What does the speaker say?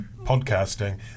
podcasting